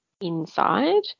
inside